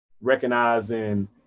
recognizing